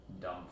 dumb